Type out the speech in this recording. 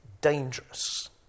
dangerous